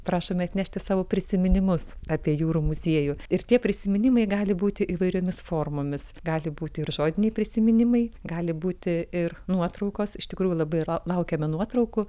prašome atnešti savo prisiminimus apie jūrų muziejų ir tie prisiminimai gali būti įvairiomis formomis gali būti ir žodiniai prisiminimai gali būti ir nuotraukos iš tikrųjų labai ir l laukiame nuotraukų